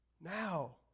Now